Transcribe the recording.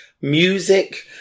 music